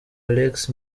alex